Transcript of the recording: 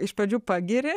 iš pradžių pagiri